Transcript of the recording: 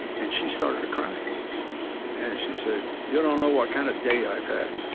and she started to cry and she said, you don't know what kind of day i've had,